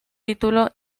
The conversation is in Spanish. título